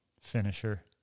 finisher